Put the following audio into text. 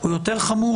או יותר חמור,